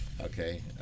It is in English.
Okay